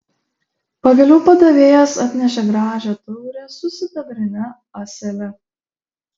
pagaliau padavėjas atnešė gražią taurę su sidabrine ąsele